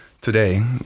today